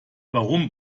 warum